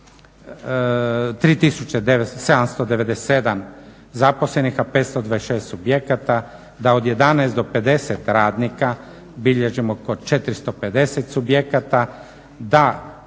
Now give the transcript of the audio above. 797 zaposlenih, a 526 subjekata da od 11 do 50 radnika bilježimo kod 450 subjekata, da